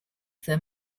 them